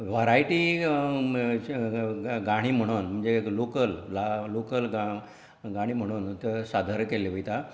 variety गाणी म्हणोन म्हणजे लोकल गांव लोकल गांव गाणी म्हणून ते सादर केल्ले वयता